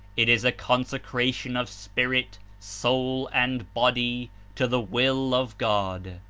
it is consecration of spirit, soul and body to the will of god,